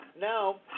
now